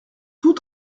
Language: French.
tout